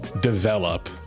develop